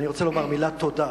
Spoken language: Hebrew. אני רוצה לומר מילת תודה